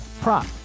prop